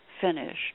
finished